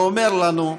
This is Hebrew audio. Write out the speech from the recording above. ואומר לנו: